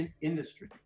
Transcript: industry